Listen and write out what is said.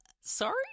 sorry